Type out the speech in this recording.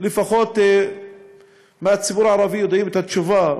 לפחות מהציבור הערבי יודעים את התשובה,